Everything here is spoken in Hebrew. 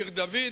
עיר-דוד,